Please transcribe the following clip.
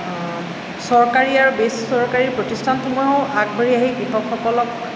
চৰকাৰী আৰু বেচৰকাৰী প্ৰতিষ্ঠানসমূহেও আগবাঢ়ি আহি কৃষকসকলক